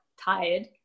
tired